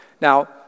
Now